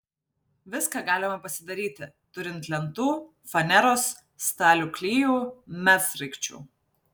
viską galima pasidaryti turint lentų faneros stalių klijų medsraigčių